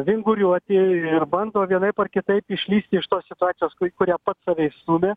vinguriuoti ir bando vienaip ar kitaip išlįsti iš tos situacijos į kurią pats save įstūmė